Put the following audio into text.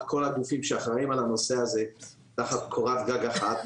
כל הגופים שאחראים על הנושא הזה תחת קורת גג אחת,